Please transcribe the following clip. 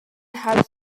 has